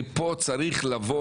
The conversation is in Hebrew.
ופה צריך לבוא,